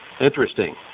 interesting